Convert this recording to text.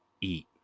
eat